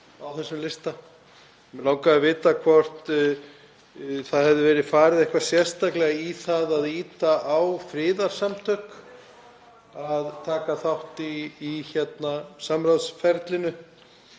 á listanum. Mig langaði að vita hvort það hefði verið farið eitthvað sérstaklega í það að ýta á friðarsamtök að taka þátt í samráðsferlinu